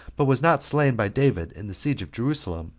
but was not slain by david in the siege of jerusalem,